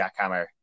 jackhammer